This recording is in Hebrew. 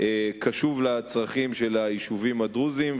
קשוב לצרכים של היישובים הדרוזיים,